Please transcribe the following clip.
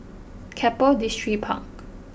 Keppel Distripark